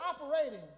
operating